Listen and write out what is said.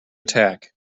attack